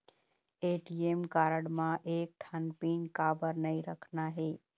ATM card म एक ठन पिन काबर नई रखना हे?